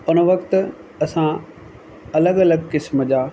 उन वक़्तु असां अलॻि अलॻि क़िस्म जा